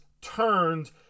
turned